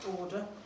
order